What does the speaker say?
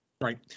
Right